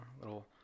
little